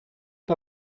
pas